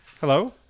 Hello